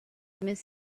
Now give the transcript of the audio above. miss